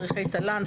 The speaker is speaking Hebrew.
מדריכי תל"ן,